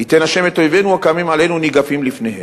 "ייתן ה' את אויבינו הקמים עלינו ניגפים לפניהם.